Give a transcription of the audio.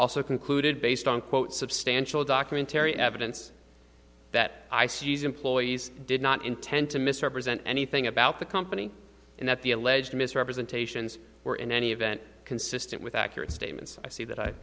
also concluded based on quote substantial documentarian evidence that i c's employees did not intend to misrepresent anything about the company and that the alleged misrepresentations were in any event consistent with accurate statements i see that i